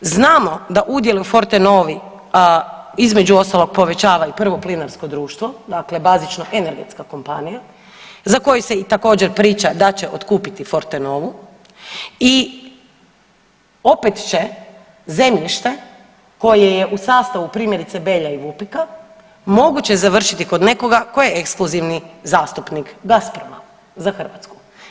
Znamo da udjel u Fortenovi između ostalog povećava i prvo plinarsko društvo dakle, bazično energetska kompanija za koju se također priča da će otkupiti Fortenovu i opet će zemljište koje je u sastavu primjerice Belja i Vupika moguće završiti kod nekoga ko je ekskluzivni zastupnik Gazproma za Hrvatsku.